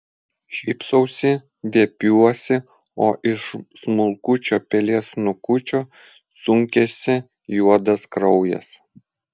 šypsausi viepiuosi o iš smulkučio pelės snukučio sunkiasi juodas kraujas